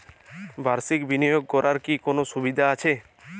বাষির্ক বিনিয়োগ করার কি কোনো সুবিধা আছে?